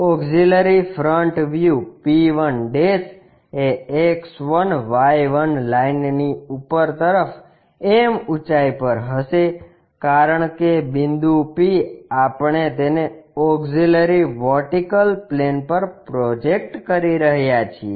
auxiliary front view p 1 એ X1Y1 લાઇનની ઉપર તરફ m ઊંચાઇ પર હશે કારણ કે બિંદુ p આપણે તેને ઓક્ષીલરી વર્ટિકલ પ્લેન પર પ્રોજેક્ટ કરી રહ્યા છીએ